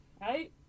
Right